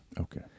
Okay